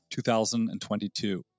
2022